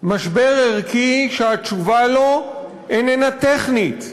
משבר ערכי שהתשובה לו איננה טכנית,